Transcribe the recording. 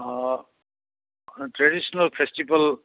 traditional festival